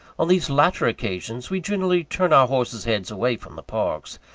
on these latter occasions, we generally turn our horses' heads away from the parks,